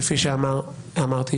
כפי שנאמר.